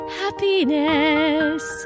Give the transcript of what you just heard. happiness